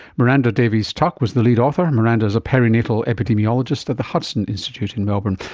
miranda davies-tuck was the lead author, and miranda is a perinatal epidemiologist at the hudson institute in melbourne.